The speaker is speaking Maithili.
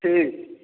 ठीक छै